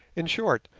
in short,